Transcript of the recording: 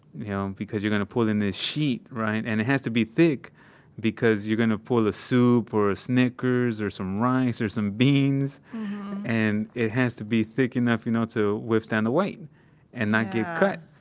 you know, um because you're going to pull in this sheet, right. and it has to be thick because you're going to pull a soup, or a snickers, or some rice, or some beans and it has to be thick enough, you know, to withstand the weight and not get cut